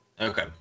Okay